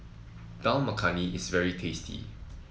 Dal Makhani is very tasty